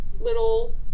little